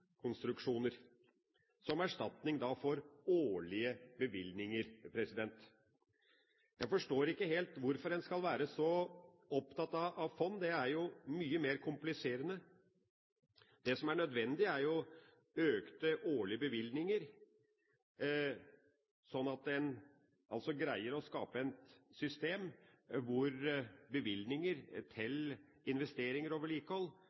som erstatning for årlige bevilgninger. Jeg forstår ikke helt hvorfor en skal være så opptatt av fond. Det er jo mye mer kompliserende. Det som er nødvendig, er jo økte årlige bevilgninger, slik at en greier å skape et system hvor bevilgninger til investeringer og vedlikehold